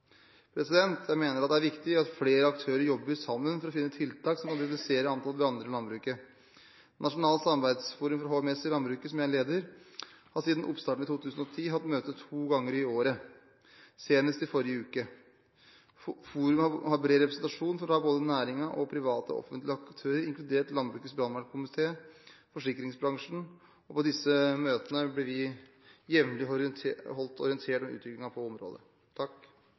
Jeg mener at det er viktig at flere aktører jobber sammen for å finne tiltak som kan redusere antall branner i landbruket. Nasjonalt samarbeidsforum for HMS i landbruket, som jeg leder, har siden oppstarten i 2010 hatt møter to ganger i året, senest i forrige uke. Forumet har bred representasjon fra både næringen og private og offentlige aktører, inkludert Landbrukets brannvernkomité og forsikringsbransjen. På disse møtene blir vi jevnlig holdt orientert om utviklingen på området.